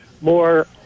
more